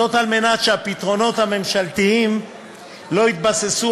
זאת על מנת שהפתרונות הממשלתיים לא יתבססו